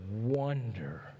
wonder